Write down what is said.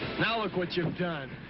now look what you've done.